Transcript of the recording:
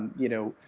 you know,